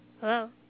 Hello